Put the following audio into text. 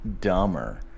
dumber